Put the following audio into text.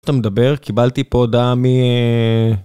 אתה מדבר? קיבלתי פה הודעה מ...